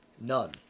None